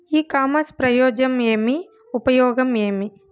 ఇ commerce ప్రయోజనం ఏమి? ఉపయోగం ఏమి?